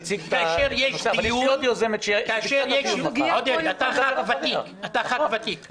עודד, אתה חבר כנסת ותיק.